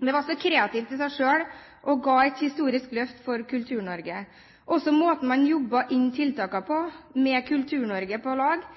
Det var så kreativt i seg selv og ga et historisk løft for Kultur-Norge. Også måten man jobbet inn tiltakene på, med Kultur-Norge på lag,